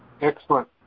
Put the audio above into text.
Excellent